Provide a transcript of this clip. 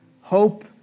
Hope